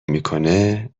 میکنه